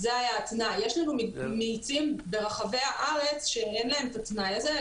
יש לנו מאיצים ברחבי הארץ שאין להם את התנאי הזה,